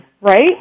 right